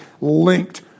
linked